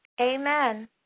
Amen